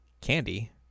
Candy